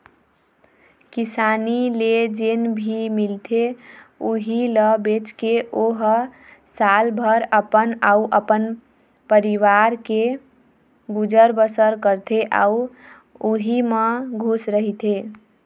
किसानी ले जेन भी मिलथे उहीं ल बेचके ओ ह सालभर अपन अउ अपन परवार के गुजर बसर करथे अउ उहीं म खुस रहिथे